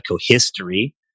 history